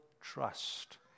trust